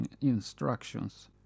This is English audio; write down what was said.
instructions